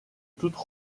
toutes